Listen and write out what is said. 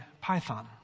python